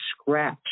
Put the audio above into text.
scratch